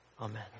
Amen